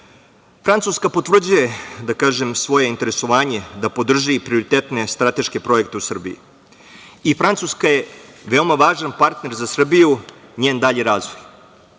Francuska potvrđuje svoje interesovanje da podrži prioritetne strateške projekte u Srbiji i Francuska je veoma važan partner za Srbiju i njen dalji razvoj.